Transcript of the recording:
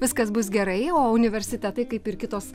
viskas bus gerai o universitetai kaip ir kitos